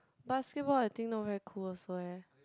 basketball I think not very cool also eh